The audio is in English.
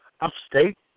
upstate